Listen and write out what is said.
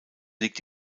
liegt